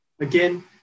Again